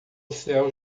céu